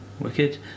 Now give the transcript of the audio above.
wicked